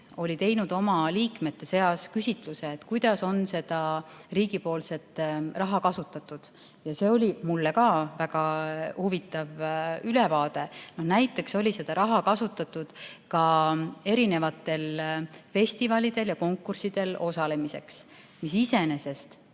oli teinud oma liikmete seas küsitluse, kuidas on seda riigipoolset toetust kasutatud. See oli mulle ka väga huvitav ülevaade. Näiteks oli seda raha kasutatud ka erinevatel festivalidel ja konkurssidel osalemiseks, mis iseenesest